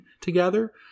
together